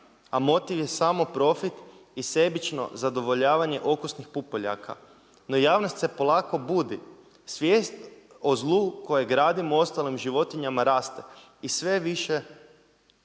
a motiv je samo profit i sebično zadovoljavanje okusnih pupoljaka. No javnost se polako budi, svijest o zlu kojeg radimo ostalim životinjama raste. I sve je